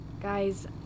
Guys